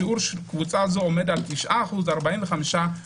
שיעור קבוצה זו עומד על 9.45% מהאוכלוסייה.